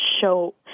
show